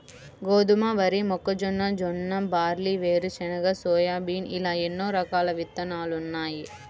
గోధుమ, వరి, మొక్కజొన్న, జొన్న, బార్లీ, వేరుశెనగ, సోయాబీన్ ఇలా ఎన్నో రకాల విత్తనాలున్నాయి